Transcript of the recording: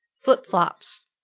Flip-flops